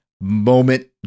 moment